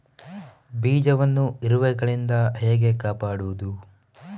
ಬೀಜವನ್ನು ಇರುವೆಗಳಿಂದ ಹೇಗೆ ಕಾಪಾಡುವುದು?